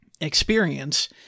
experience